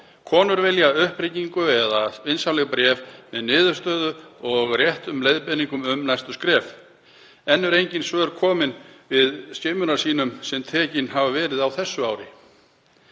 Konur vilja upphringingu eða vinsamleg bréf með niðurstöðu og réttum leiðbeiningum um næstu skref. Enn eru engin svör komin úr skimunarsýnum sem tekin hafa verið á þessu ári.